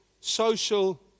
social